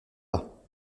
pas